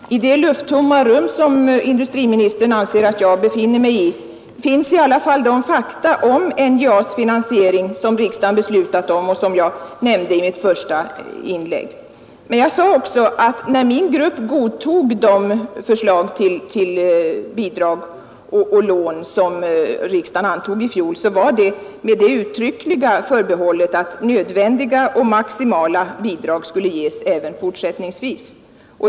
Herr talman! I det lufttomma rum, där industriministern anser att jag befinner mig, finns i alla fall det beslut om NJA:s finansiering som riksdagen fattat och som jag nämnde i mitt första inlägg. Men jag sade också att när min grupp godtog det förslag till bidrag och lån som riksdagen antog, så var det med det uttryckliga förbehållet att nödvändiga och maximala bidrag skulle ges även fortsättningsvis.